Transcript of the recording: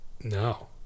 No